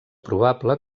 probable